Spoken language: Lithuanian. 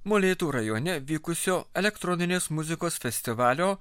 molėtų rajone vykusio elektroninės muzikos festivalio